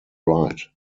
right